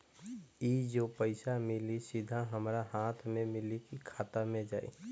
ई जो पइसा मिली सीधा हमरा हाथ में मिली कि खाता में जाई?